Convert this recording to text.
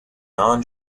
non